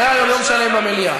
מכיוון שהיה היום יום שלם במליאה.